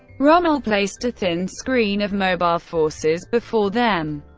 rommel placed a thin screen of mobile forces before them,